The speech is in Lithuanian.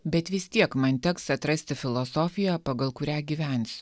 bet vis tiek man teks atrasti filosofiją pagal kurią gyvens